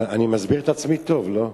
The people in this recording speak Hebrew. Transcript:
אני מסביר את עצמי טוב, לא?